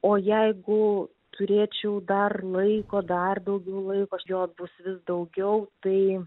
o jeigu turėčiau dar laiko dar daugiau laiko jo bus vis daugiau tai